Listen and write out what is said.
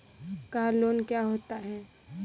Car loan क्या होता है?